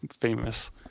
famous